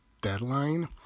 deadline